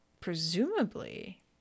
Presumably